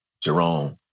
Jerome